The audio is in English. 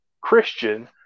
Christian